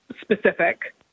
specific